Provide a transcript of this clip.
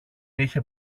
είχε